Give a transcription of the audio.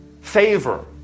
favor